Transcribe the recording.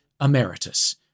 Emeritus